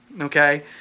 Okay